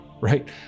right